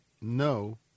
no